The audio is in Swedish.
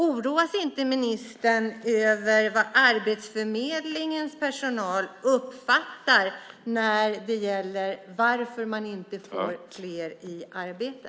Oroas inte ministern över vad Arbetsförmedlingens personal uppfattar när det gäller varför man inte får fler i arbete?